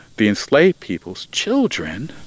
the enslaved people's children